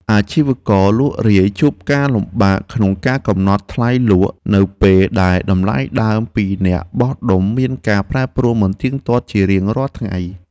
អាជីវករលក់រាយជួបការលំបាកក្នុងការកំណត់ថ្លៃលក់នៅពេលដែលតម្លៃដើមពីអ្នកបោះដុំមានការប្រែប្រួលមិនទៀងទាត់ជារៀងរាល់ថ្ងៃ។